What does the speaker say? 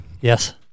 Yes